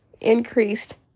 increased